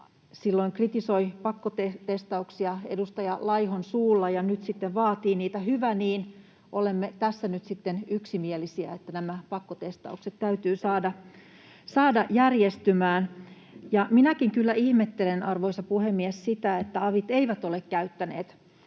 silloin kritisoi, pakkotestauksia, ja nyt sitten vaatii niitä — hyvä niin. Olemme tässä nyt sitten yksimielisiä, että nämä pakkotestaukset täytyy saada järjestymään. Minäkin kyllä ihmettelen, arvoisa puhemies, sitä, että avit eivät ole käyttäneet